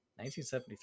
1973